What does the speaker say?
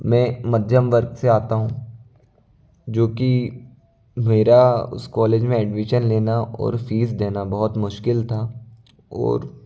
मैं मध्यम वर्ग से आता हूँ जो कि मेरा उस कॉलेज में एडमिशन लेना और फीस देना बहुत मुश्किल था और